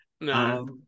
No